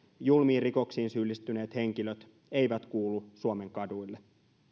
julmiin rikoksiin syyllistyneet henkilöt eivät kuulu suomen kaduille